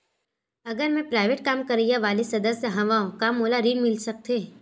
अगर मैं प्राइवेट काम करइया वाला सदस्य हावव का मोला ऋण मिल सकथे?